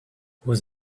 was